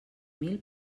mil